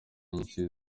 nyinshi